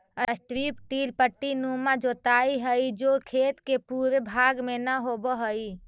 strip till पट्टीनुमा जोताई हई जो खेत के पूरे भाग में न होवऽ हई